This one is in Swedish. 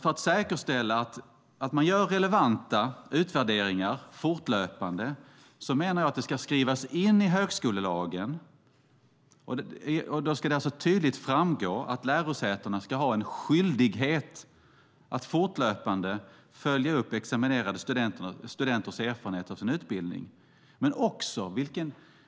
För att säkerställa att man gör relevanta utvärderingar fortlöpande menar jag att det ska skrivas in i högskolelagen, och då ska det alltså tydligt framgå att lärosätena ska ha en skyldighet att fortlöpande följa upp examinerade studenters erfarenheter av sin utbildning, men också